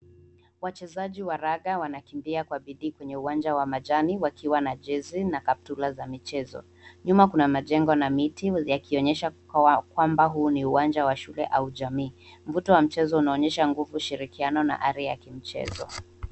Wachezaji wa raga wanakimbia kwa bidii kwenye uwanja wa majani wakiwa na jezi na kaptula za michezo. Nyuma kuna majengo na miti yakionyesha kwamba huu ni uwanja wa shule au jamii. Mvuto wa mchezo unaonyesha nguvu, ushirikiano na ari ya kimchezo.